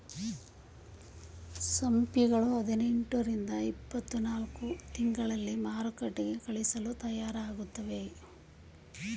ಸಿಂಪಿಗಳು ಹದಿನೆಂಟು ರಿಂದ ಇಪ್ಪತ್ತನಾಲ್ಕು ತಿಂಗಳಲ್ಲಿ ಮಾರುಕಟ್ಟೆಗೆ ಕಳಿಸಲು ತಯಾರಾಗುತ್ತವೆ